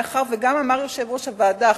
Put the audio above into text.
מאחר שיושב-ראש הוועדה,